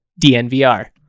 DNVR